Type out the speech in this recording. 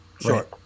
Sure